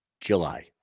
July